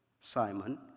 Simon